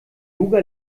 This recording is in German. yoga